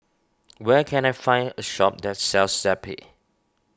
where can I find a shop that sells Zappy